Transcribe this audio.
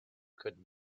could